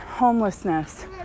homelessness